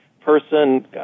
person